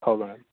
हो मॅम